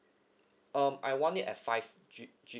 um I want it at five G G